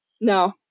No